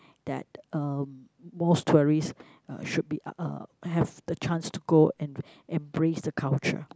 that uh most tourists uh should be uh have the chance to go and embrace the culture